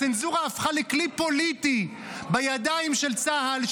הצנזורה הפכה לכלי פוליטי בידיים של צה"ל,